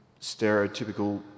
stereotypical